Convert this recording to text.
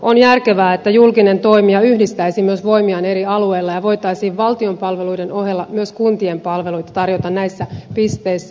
on järkevää että julkinen toimija yhdistäisi myös voimiaan eri alueilla ja voitaisiin valtion palveluiden ohella myös kuntien palveluita tarjota näissä pisteissä